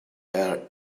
are